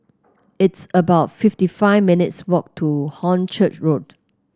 it's about fifty five minutes' walk to Hornchurch Road